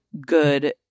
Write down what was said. good